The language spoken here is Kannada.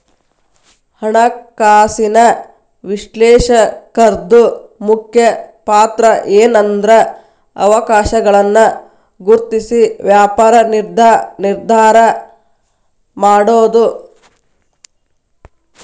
ಹಣಕಾಸಿನ ವಿಶ್ಲೇಷಕರ್ದು ಮುಖ್ಯ ಪಾತ್ರಏನ್ಂದ್ರ ಅವಕಾಶಗಳನ್ನ ಗುರ್ತ್ಸಿ ವ್ಯಾಪಾರ ನಿರ್ಧಾರಾ ಮಾಡೊದು